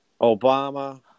Obama